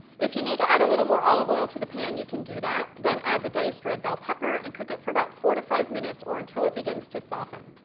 if you need to add a little more olive oil to the pan, you can do that. then add the diced red bell pepper and cook it for about four to five minutes or until it begins to soften.